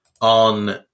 on